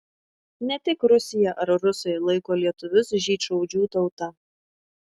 ne tik rusija ar rusai laiko lietuvius žydšaudžių tauta